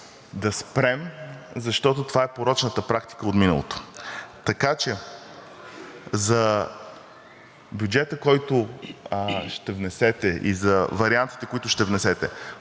да спрем, защото това е порочната практика от миналото. Така че за бюджета, който ще внесете, и за вариантите, които ще внесете